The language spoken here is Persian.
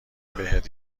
بهت